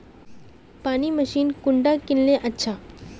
पानी मशीन कुंडा किनले अच्छा?